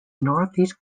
northeast